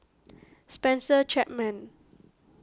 Spencer Chapman